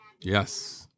Yes